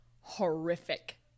horrific